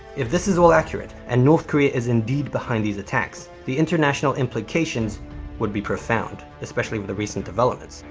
if this is all accurate, and north korea is indeed behind these attacks, the international implications would be profound. especially with the recent developments.